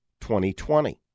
2020